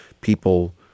people